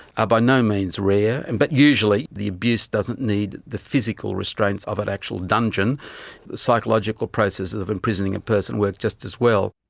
are by no means rare, and but usually the abuse doesn't need the physical restraints of an actual dungeon. the psychological process of imprisoning a person work just as well.